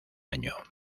año